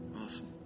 Awesome